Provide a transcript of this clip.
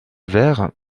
verts